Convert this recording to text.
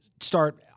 start